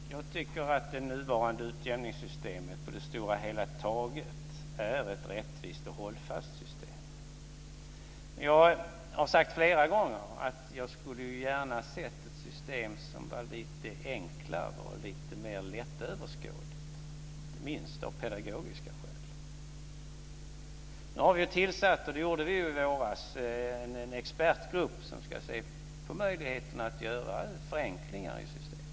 Fru talman! Jag tycker att det nuvarande utjämningssystemet på det stora hela taget är ett rättvist och hållfast system. Men jag har sagt flera gånger att jag gärna skulle ha sett ett system som var lite enklare och lite mer lättöverskådligt, inte minst av pedagogiska skäl. I våras tillsatte vi en expertgrupp som ska se på möjligheterna att göra förenklingar i systemet.